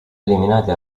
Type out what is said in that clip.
eliminati